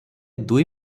ଦୁଇ